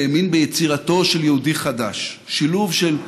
האמין ביצירתו של יהודי חדש: שילוב של גדעון,